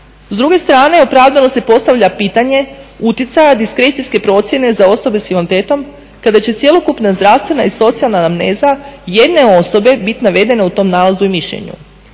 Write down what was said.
S druge strane opravdano se postavlja pitanje utjecaja diskrecijske procjene za osobe sa invaliditetom kada će cjelokupna zdravstvena i socijalna anamneza jedne osobe bit navedena u tom nalazu i mišljenju.